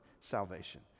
salvation